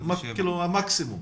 המקסימום